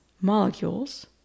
molecules